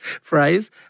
phrase